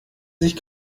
sich